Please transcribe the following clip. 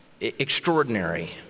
extraordinary